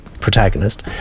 protagonist